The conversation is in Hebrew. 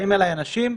באים אליי אנשים,